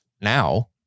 now